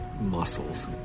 muscles